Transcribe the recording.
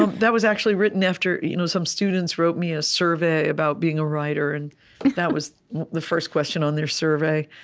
and that was actually written after you know some students wrote me a survey about being a writer, and that was the first question on their survey.